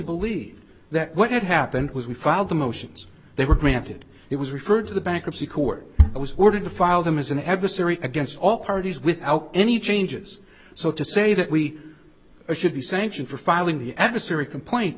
believe that what happened was we filed the motions they were granted it was referred to the bankruptcy court it was ordered to file them as an adversary against all parties without any changes so to say that we should be sanctioned for filing the adversary complain